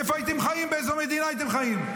איפה הייתם חיים, באיזו מדינה הייתם חיים?